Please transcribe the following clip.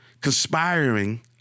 conspiring